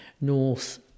North